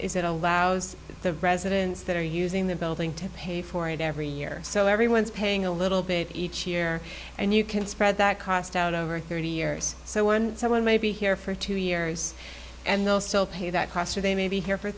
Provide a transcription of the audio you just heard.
that allows the residents that are using the building to pay for it every year so everyone's paying a little bit each year and you can spread that cost out over thirty years so one someone may be here for two years and they'll still pay that cost or they may be here for